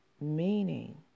meaning